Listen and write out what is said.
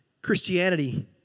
Christianity